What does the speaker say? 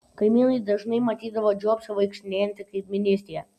kaimynai dažnai matydavo džobsą vaikštinėjantį kaimynystėje